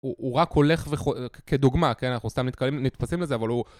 הוא רק הולך וחו.. כדוגמה, כן? אנחנו סתם נתקלים..נתפסים לזה, אבל הוא...